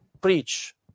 preach